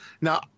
now